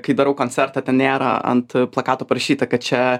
kai darau koncertą ten nėra ant plakatų parašyta kad čia